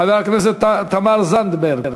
חברת הכנסת תמר זנדברג,